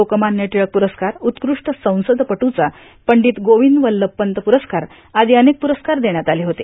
लोकमान्य टिळक प्रस्कार उत्कृष्ट संसदपटूचा पंडित गोविंद वल्लभपंत प्ररस्कार आदी अनेक प्रस्कार देण्यात आले होते